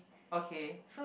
okay